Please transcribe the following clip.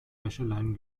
wäscheleinen